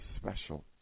special